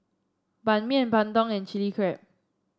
Ban Mian Bandung and Chilli Crab